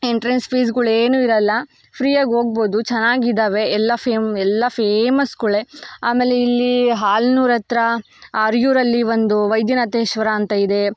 entrance ಫೀಸುಗಳ್ ಏನೂ ಇರೋಲ್ಲ ಫ್ರೀಯಾಗಿ ಹೋಗ್ಬೋದು ಚೆನ್ನಾಗಿದ್ದಾವೆ ಎಲ್ಲ ಫೇಮ್ ಎಲ್ಲ ಫೇಮಸ್ಗಳೇ ಆಮೇಲೆ ಇಲ್ಲಿ ಹಾಲ್ನೂರು ಹತ್ರ ಅರೆಯೂರಲ್ಲಿ ಒಂದು ವೈದ್ಯನಾಥೇಶ್ವರ ಅಂತ ಇದೆ